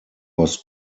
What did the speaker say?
was